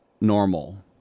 normal